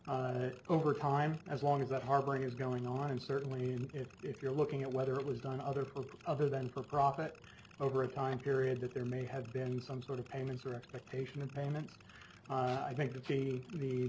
apply over time as long as that harboring is going on and certainly in it if you're looking at whether it was done other other than for profit over a time period that there may have been some sort of payments or expectation of payment on i think the